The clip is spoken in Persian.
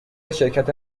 شرکت